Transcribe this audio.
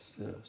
yes